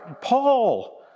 Paul